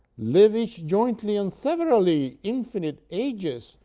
live each jointly and severally infinite ages,